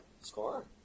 Score